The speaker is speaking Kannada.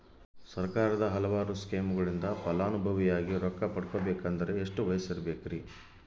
ಸರ್ಕಾರದ ಹಲವಾರು ಸ್ಕೇಮುಗಳಿಂದ ಫಲಾನುಭವಿಯಾಗಿ ರೊಕ್ಕ ಪಡಕೊಬೇಕಂದರೆ ಎಷ್ಟು ವಯಸ್ಸಿರಬೇಕ್ರಿ?